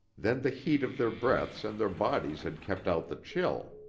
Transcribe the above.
then the heat of their breaths and their bodies had kept out the chill.